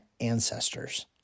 ancestors